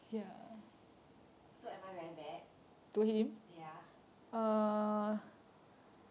so am I very bad ya